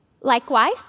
Likewise